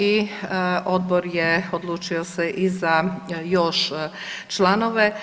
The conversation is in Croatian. I odbor je odlučio se i za još članove.